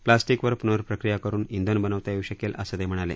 प्लास्टिकवर प्नर्प्रक्रिया करून इंधन बनवता येऊ शकेल असं ते म्हणाले